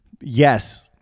yes